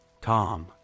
Tom